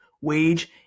wage